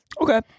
Okay